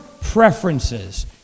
preferences